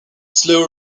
slew